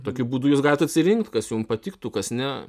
tokiu būdu jūs galit atsirinkt kas jum patiktų kas ne